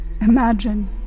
Imagine